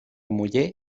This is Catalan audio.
muller